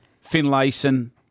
Finlayson